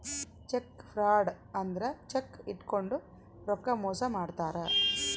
check fraud ಅಂದ್ರ cheque ಇಟ್ಕೊಂಡು ರೊಕ್ಕ ಮೋಸ ಮಾಡ್ತಾರ